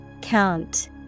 Count